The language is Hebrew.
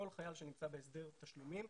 כל חייל שנמצא בהסדר תשלומים,